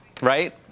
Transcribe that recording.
right